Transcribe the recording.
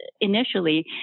initially